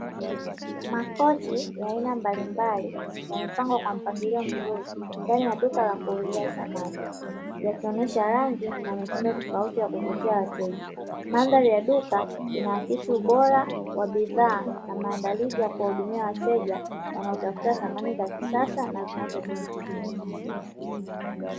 Makochi ya aina mbalimbali yamepangwa kwa mpangilio mzuri ndani ya duka la kuuzia samani, yakionesha rangi na mitindo tofauti ya kuvutia wateja mandhari ya duka inaakisi ubora wa bidhaa na maandalizi ya kuwahudumia wateja wanaotafuta samani za kisasa na zinavyodumu.